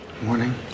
morning